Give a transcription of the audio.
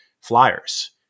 Flyers